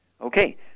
Okay